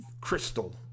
crystal